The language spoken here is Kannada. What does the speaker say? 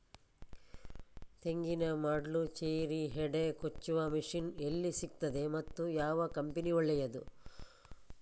ತೆಂಗಿನ ಮೊಡ್ಲು, ಚೇರಿ, ಹೆಡೆ ಕೊಚ್ಚುವ ಮಷೀನ್ ಎಲ್ಲಿ ಸಿಕ್ತಾದೆ ಮತ್ತೆ ಯಾವ ಕಂಪನಿ ಒಳ್ಳೆದು?